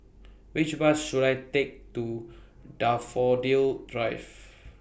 Which Bus should I Take to Daffodil Drive